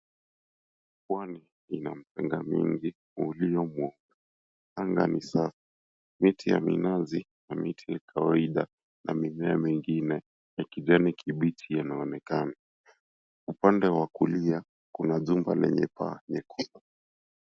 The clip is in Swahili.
Pwani una mchanga mweupe, anga ni safi. Miti ya minazi na miti ya kawaida na mimea mingine ya kijani kibichi yanaonekana. Upande wa kulia kuna jumba lenye paa nyekundu.